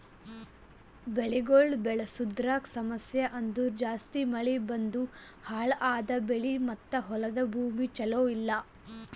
ಬೆಳಿಗೊಳ್ ಬೆಳಸದ್ರಾಗ್ ಸಮಸ್ಯ ಅಂದುರ್ ಜಾಸ್ತಿ ಮಳಿ ಬಂದು ಹಾಳ್ ಆದ ಬೆಳಿ ಮತ್ತ ಹೊಲದ ಭೂಮಿ ಚಲೋ ಇಲ್ಲಾ